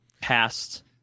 past